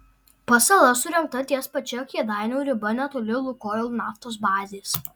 pasala surengta ties pačia kėdainių riba netoli lukoil naftos bazės